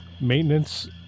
maintenance